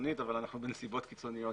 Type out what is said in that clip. קיצונית אבל אנחנו בנסיבות קיצוניות